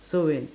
so when